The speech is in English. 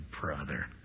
brother